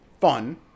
fun